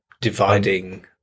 dividing